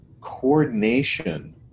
coordination